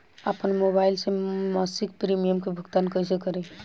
आपन मोबाइल से मसिक प्रिमियम के भुगतान कइसे करि?